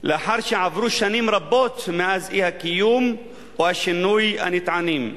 לאחר שעברו שנים רבות מאז האי-קיום או השינוי הנטענים,